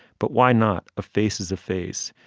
but why not a faces a face.